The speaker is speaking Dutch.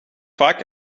vaak